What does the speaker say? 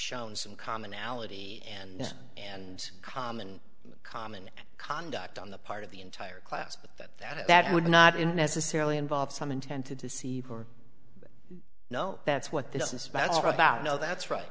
shown some commonality and and common common conduct on the part of the entire class but that that would not in necessarily involve some intent to deceive or no that's what they doesn't matter about no that's right